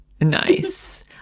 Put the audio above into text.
nice